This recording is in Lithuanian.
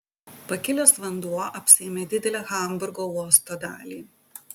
pakilęs vanduo apsėmė didelę hamburgo uosto dalį